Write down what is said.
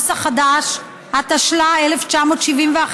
התשל"א 1971,